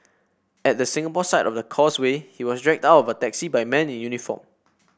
at the Singapore side of the Causeway he was dragged out of a taxi by men in uniform